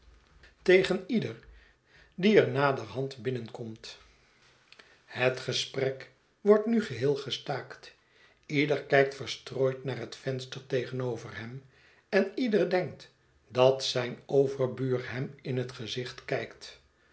tegen ieder die naderhand binnenkomt het gesprek wordt nu geheel gestaakt ieder kijkt verstrooid naar het venster tegenover hem en ieder denkt dat zijn overbuur hem in het gezicht kijkt